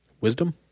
Wisdom